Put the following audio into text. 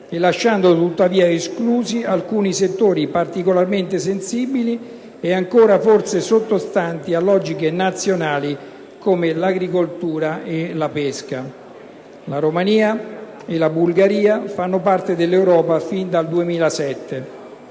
e lasciando tuttavia esclusi alcuni settori particolarmente sensibili e forse ancora sottostanti a logiche nazionali, come l'agricoltura e la pesca. La Romania e la Bulgaria fanno parte dell'Europa fin dal 2007,